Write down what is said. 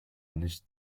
nicht